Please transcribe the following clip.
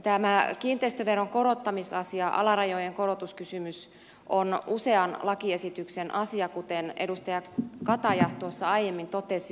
tämä kiinteistöveron korottamisasia alarajojen korotuskysymys on usean lakiesityksen asia kuten edustaja kataja aiemmin totesi